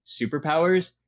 superpowers